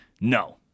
No